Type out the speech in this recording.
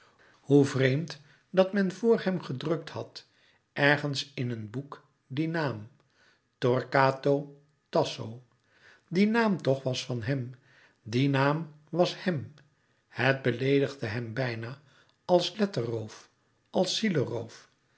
hoe vreemd dat men vr hem gedrukt had ergens in een boek dien naam torquato tasso die naam toch was louis couperus metamorfoze van hèm die naam was hèm het beleedigde hem bijna als letterroof als